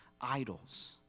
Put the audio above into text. idols